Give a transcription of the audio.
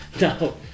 no